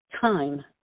time